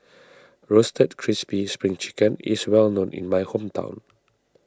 Roasted Crispy Spring Chicken is well known in my hometown